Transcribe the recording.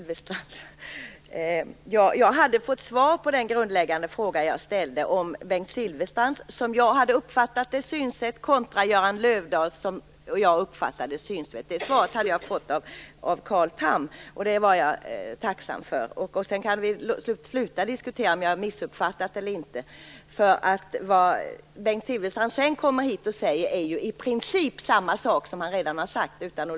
Fru talman! Jag har fått svar på den grundläggande fråga som jag ställde, om Bengt Silfverstrands synsätt kontra Göran Löfdahls synsätt. Det svaret fick jag av Carl Tham, och det är jag tacksam för. Sedan kan vi avsluta diskussionen om ifall vi har missuppfattat eller inte. Bengt Silfverstrand sade i princip samma sak som han redan har sagt.